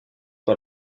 par